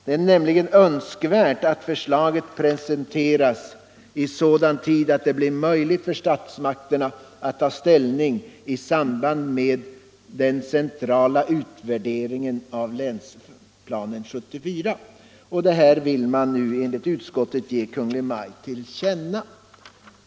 ”Det är nämligen önskvärt att förslaget presenteras i sådan tid att det blir möjligt för statsmakterna att ta ställning i samband med den centrala utvärderingen av länsplanering 1974”, säger utskottet. Detta vill utskottet nu ge regeringen till känna.